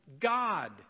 God